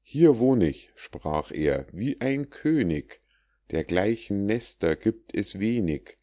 hier wohn ich sprach er wie ein könig dergleichen nester gibt es wenig